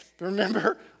Remember